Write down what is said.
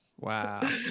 wow